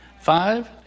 Five